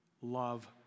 love